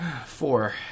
Four